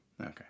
Okay